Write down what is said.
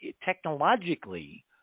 technologically